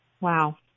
wow